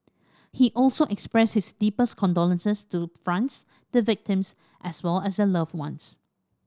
he also expressed his deepest condolences to France the victims as well as their loved ones